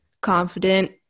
confident